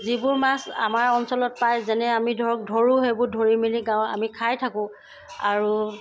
যিবোৰ মাছ আমাৰ অঞ্চলত পায় যেনে আমি ধৰক ধৰোঁ সেইবোৰ ধৰি মেলি গাঁৱত আমি খাই থাকোঁ আৰু